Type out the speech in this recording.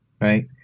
Right